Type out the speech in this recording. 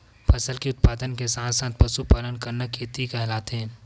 फसल के उत्पादन के साथ साथ पशुपालन करना का खेती कहलाथे?